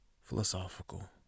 philosophical